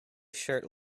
shirt